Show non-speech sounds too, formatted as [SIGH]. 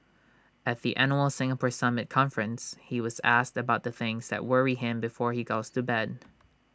at the annual Singapore summit conference he was asked about the things that worry him before he goes to bed [NOISE]